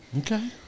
Okay